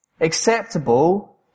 acceptable